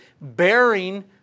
bearing